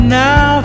now